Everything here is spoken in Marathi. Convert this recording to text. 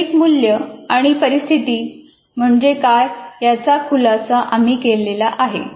शैक्षणिक मूल्य आणि परिस्थिती म्हणजे काय याचा खुलासा आम्ही केला आहे